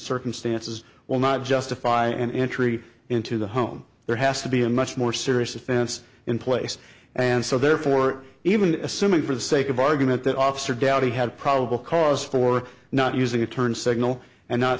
circumstances will not justify an entry into the home there has to be a much more serious offense in place and so therefore even assuming for the sake of argument that officer dowdy had probable cause for not using a turn signal and not